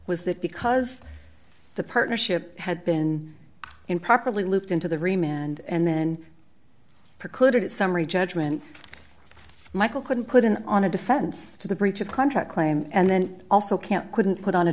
that because the partnership had been improperly looped into the reman and then precluded summary judgment michael couldn't put an on a defense to the breach of contract claim and then also can't couldn't put on a